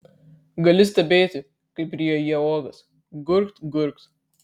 gali stebėti kaip ryja jie uogas gurkt gurkt